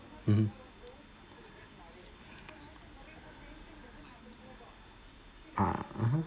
mmhmm ah